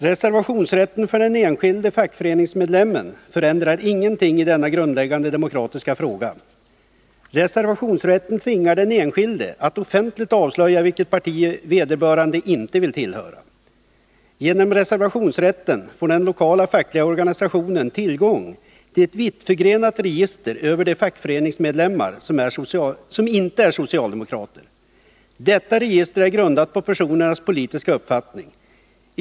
Reservationsrätten för den enskilde fackföreningsmedlemmen förändrar ingenting i denna grundläggande demokratiska fråga. Reservationsrätten tvingar den enskilde att offentligt avslöja vilket parti vederbörande inte vill tillhöra. Genom reservationsrätten får den lokala fackliga organisationen tillgång till ett vittförgrenat register över de fackföreningsmedlemmar som inte är socialdemokrater. Detta register är grundat på personernas politiska uppfattning.